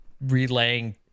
relaying